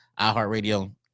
iheartradio